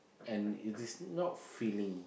and it is not filling